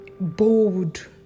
bold